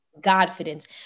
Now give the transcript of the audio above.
Godfidence